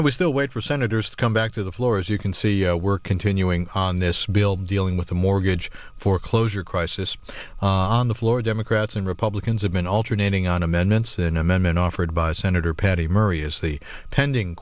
and we still wait for senators to come back to the floor as you can see we're continuing on this bill dealing with the mortgage foreclosure crisis on the floor democrats and republicans have been alternating on amendments an amendment offered by senator patty murray is the pending